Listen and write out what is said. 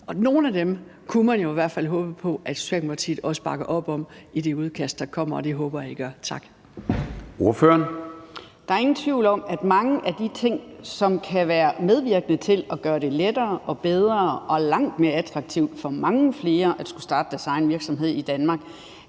nogle af dem kunne man jo i hvert fald håbe på at Socialdemokratiet også bakker op om i det udkast, der kommer. Og det håber jeg at I gør. Tak. Kl. 14:09 Formanden (Søren Gade): Ordføreren. Kl. 14:09 Mette Reissmann (S): Der er ingen tvivl om, at mange af de ting, som kan være medvirkende til at gøre det lettere og bedre og langt mere attraktivt for mange flere at skulle starte deres egen virksomhed i Danmark,